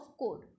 code